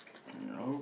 um oh